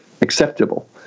acceptable